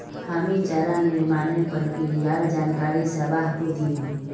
हामी चारा निर्माणेर प्रक्रियार जानकारी सबाहको दिनु